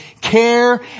care